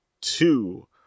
two